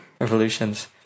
revolutions